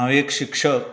हांव एक शिक्षक